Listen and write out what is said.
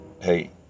hey